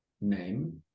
name